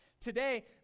Today